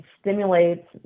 stimulates